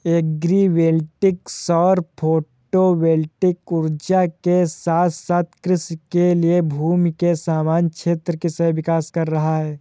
agri voltaic सौर photovoltaic ऊर्जा के साथ साथ कृषि के लिए भूमि के समान क्षेत्र का सह विकास कर रहा है